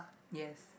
yes